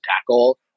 tackle